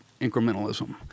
incrementalism